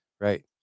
Right